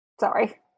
sorry